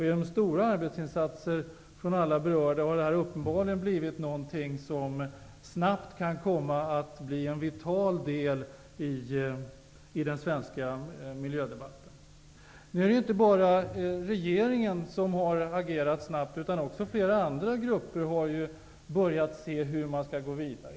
Alla stora arbetsinsatser från alla berörda är uppenbarligen sådant som snabbt kan komma att bli en vital del i den svenska miljödebatten. Nu är det inte bara regeringen som har agerat snabbt, utan flera andra grupper har börjat se hur man kan gå vidare.